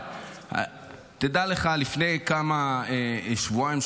לפני שבועיים,